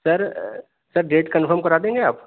سر sir date confirm کرا دیں گے آپ